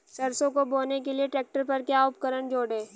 सरसों को बोने के लिये ट्रैक्टर पर क्या उपकरण जोड़ें?